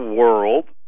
world